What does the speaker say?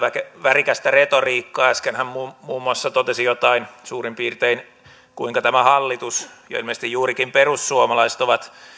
värikästä retoriikkaa äsken hän muun muassa totesi jotain suurin piirtein niin kuinka tämä hallitus ja ilmeisesti juurikin perussuomalaiset on